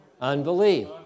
Unbelief